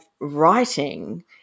writing